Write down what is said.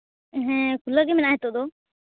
ᱦᱮᱸ ᱠᱷᱩᱞᱟᱹᱣ ᱜᱮ ᱢᱮᱱᱟᱜᱼᱟ ᱱᱤᱛᱚᱜ ᱫᱚ